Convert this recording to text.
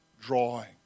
drawing